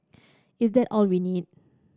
is that all we need